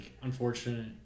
unfortunate